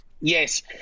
Yes